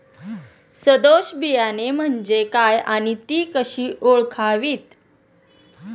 सदोष बियाणे म्हणजे काय आणि ती कशी ओळखावीत?